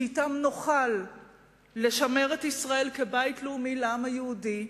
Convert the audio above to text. שאתם נוכל לשמר את ישראל כבית לאומי לעם היהודי,